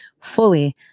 fully